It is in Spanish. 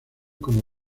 como